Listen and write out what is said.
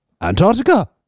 antarctica